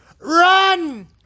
Run